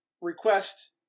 request